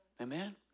Amen